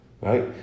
right